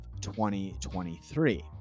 2023